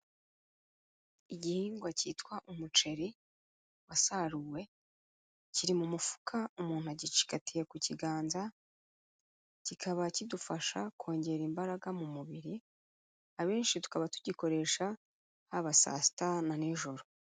Igihingwa cyitwa umuceri wasaruwe, kiri mu mufuka umuntu agicigatiye ku kiganza, kikaba kidufasha kongera imbaraga mu mubiri, abenshi tukaba tugikoresha haba saa sita na nijoro.